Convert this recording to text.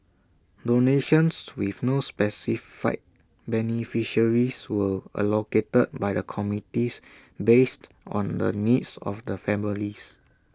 donations with no specified beneficiaries were allocated by the committee based on the needs of the families